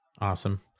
Awesome